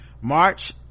March